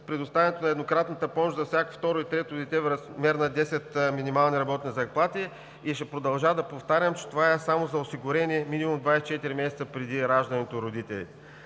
предоставянето на еднократната помощ за всяко второ и трето дете в размер на десет минимални работни заплати. Ще продължа да повтарям, че това е само за осигурени минимум 24 месеца преди раждането родители.